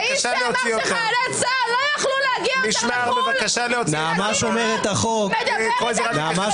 האיש שאמר שחיילי צה"ל לא יוכלו להגיע יותר לחו"ל מדבר איתנו על נתב"ג?